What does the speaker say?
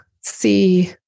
see